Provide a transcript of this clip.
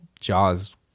Jaws